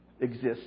exists